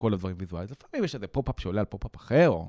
כל הדברים וויזולאיים. לפעמים יש איזה פרופ-אפ שעולה על פרופ-אפ אחר.